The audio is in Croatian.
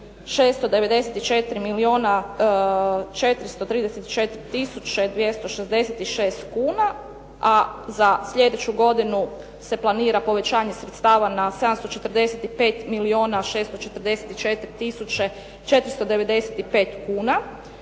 tisuće 266 kuna, a za sljedeću godinu se planira povećanje sredstava na 745 milijuna